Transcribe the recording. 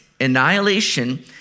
annihilation